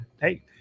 hey